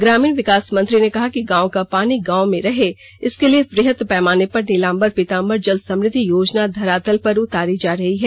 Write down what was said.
ग्रामीण विकास मंत्री ने कहा कि गांव का पानी गांव में रहे इसके लिए वृहत पैमाने पर नीलाम्बर पीताम्बर जल समृद्धि योजना धरातल पर उतारी जा रही है